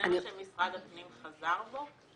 גם כשמשרד הפנים חזר בו?